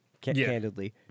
candidly